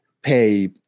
pay